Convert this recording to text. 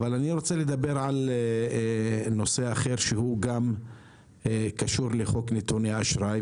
אבל אני רוצה לדבר על נושא אחר שהוא גם קשור לחוק נתוני אשראי,